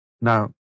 Now